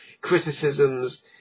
criticisms